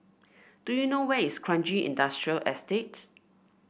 do you know where is Kranji Industrial Estate